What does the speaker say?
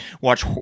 watch